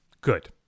Good